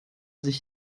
sich